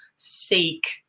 seek